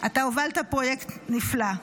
אתה הובלת פרויקט נפלא,